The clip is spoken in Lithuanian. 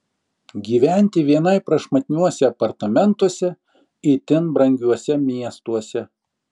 gyventi vienai prašmatniuose apartamentuose itin brangiuose miestuose